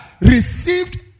received